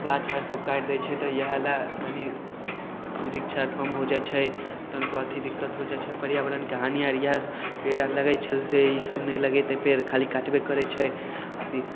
गाछ आर सब काटि दै छै तऽ इहए लए कनी बृक्षआर कम हो जाइत छै तनिको अथी दिक्कत हो जाइत छै पर्याबरणके हानी आर इहए पेड़ आर लगैत छल से ई सब नहि लगेतै पेड़ खाली काटबे करैत छै अथी